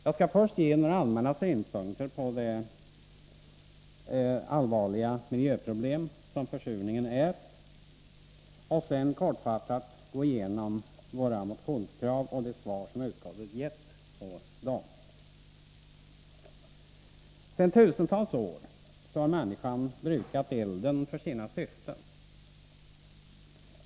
Jag skall först ge några allmänna synpunkter på det allvarliga miljöproblem som försurningen är och sedan kortfattat gå igenom våra motionskrav och de svar som utskottet gett på dessa. Sedan tusentals år tillbaka har människan brukat elden för sina syften.